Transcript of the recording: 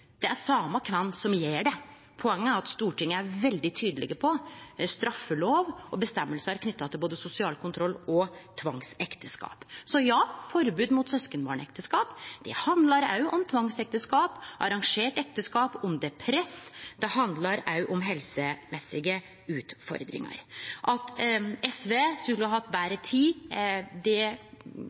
Det er det same kven som gjer det. Poenget er at Stortinget er veldig tydeleg på at det er straffelov og føresegner knytte til både sosial kontroll og tvangsekteskap. Ja, forbod mot søskenbarnekteskap handlar om tvangsekteskap, arrangerte ekteskap, om det er press. Det handlar òg om helsemessige utfordringar. At SV skulle hatt betre tid,